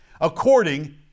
according